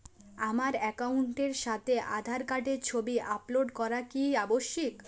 আমার অ্যাকাউন্টের সাথে আধার কার্ডের ছবি আপলোড করা কি আবশ্যিক?